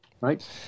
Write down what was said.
right